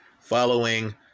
following